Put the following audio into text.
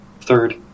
Third